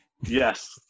yes